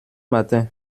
matin